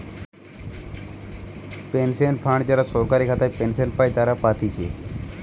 pension fund যারা সরকারি খাতায় পেনশন পাই তারা পাতিছে